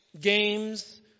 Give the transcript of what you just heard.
games